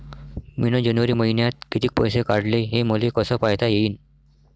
मिन जनवरी मईन्यात कितीक पैसे काढले, हे मले कस पायता येईन?